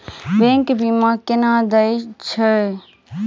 Bank बीमा केना देय है?